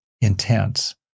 intense